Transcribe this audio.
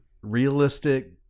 realistic